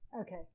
Okay